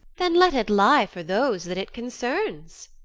then let it lie for those that it concerns.